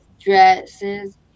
dresses